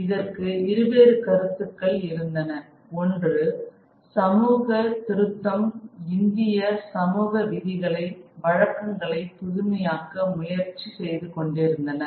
இதற்கு இருவேறு கருத்துக்கள் இருந்தன ஒன்று சமூக திருத்தம் இந்திய சமூக விதிகளை வழக்கங்களை புதுமையாக்க முயற்சி செய்து கொண்டிருந்தனர்